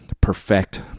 perfect